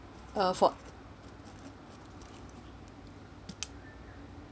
uh for